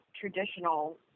traditional